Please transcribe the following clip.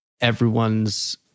everyone's